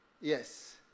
yes